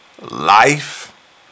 life